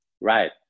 right